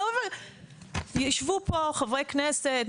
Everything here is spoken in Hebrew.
ישבו פה חברי כנסת,